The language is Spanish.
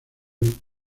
del